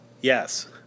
Yes